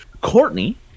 Courtney